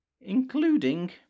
including